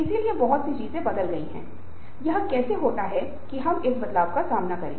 तो इसलिए जो हम आंतरिक रूप से करना चाहते हैं यदि हम वह बन सकते हैं वह आत्म साक्षात्कार का चरण है